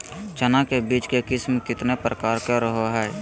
चना के बीज के किस्म कितना प्रकार के रहो हय?